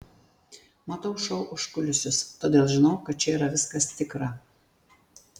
matau šou užkulisius todėl žinau kad čia yra viskas tikra